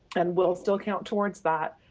and will still count towards that.